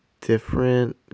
different